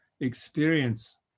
experience